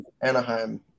Anaheim